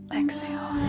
exhale